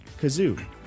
kazoo